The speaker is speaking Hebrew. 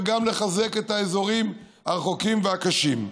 וגם לחזק את האזורים הרחוקים והקשים.